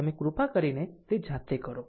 તમે કૃપા કરીને તે જાતે કરો